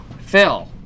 Phil